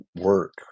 work